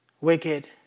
wicked